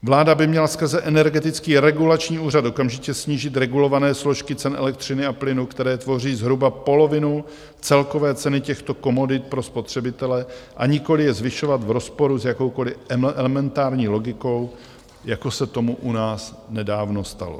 Vláda by měla skrze Energetický regulační úřad okamžitě snížit regulované složky cen elektřiny a plynu, které tvoří zhruba polovinu celkové ceny těchto komodit pro spotřebitele, a nikoli je zvyšovat v rozporu s jakoukoli elementární logikou, jako se tomu u nás nedávno stalo.